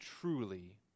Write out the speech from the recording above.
truly